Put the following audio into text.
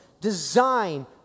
design